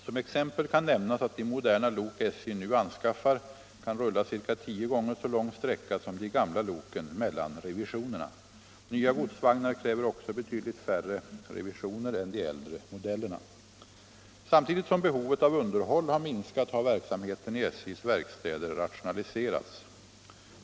Som exempel kan nämnas att de moderna lok SJ nu anskaffar kan rulla ca tio gånger så lång sträcka som de gamla loken mellan revisionerna. Nya godsvagnar kräver också betydligt färre revisioner än de äldre modellerna. Samtidigt som behovet av underhåll har minskat har verksamheten i SJ:s verkstäder rationaliserats.